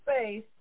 space